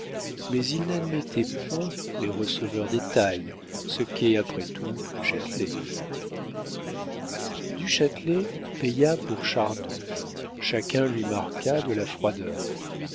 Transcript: mais ils n'admettaient point les receveurs des tailles ce qu'est après tout châtelet du châtelet paya pour chardon chacun lui marqua de la froideur